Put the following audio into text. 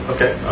Okay